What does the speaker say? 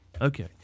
Okay